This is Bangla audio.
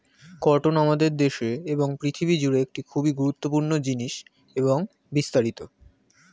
কটন আমাদের দেশে এবং পৃথিবী জুড়ে একটি খুবই গুরুত্বপূর্ণ জিনিস এবং বিস্তারিত